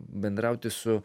bendrauti su